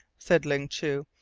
said ling chu,